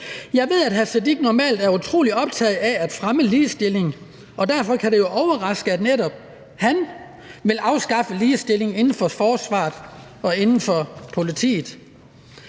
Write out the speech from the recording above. Jeg ved, at hr. Sikandar Siddique normalt er utrolig optaget af at fremme ligestilling, og derfor kan det jo overraske, at netop han vil afskaffe ligestilling inden for forsvaret og inden for politiet.